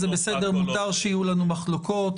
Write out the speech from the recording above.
זה בסדר, מותר שיהיו לנו מחלוקות.